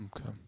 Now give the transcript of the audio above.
okay